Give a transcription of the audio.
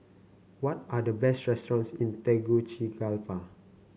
what are the best restaurants in Tegucigalpa